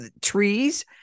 trees